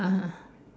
ah